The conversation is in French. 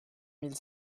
mille